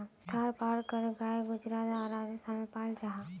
थारपारकर गाय गुजरात आर राजस्थानोत पाल जाहा